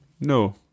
no